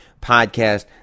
podcast